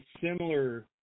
similar